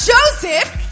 Joseph